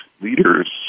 leaders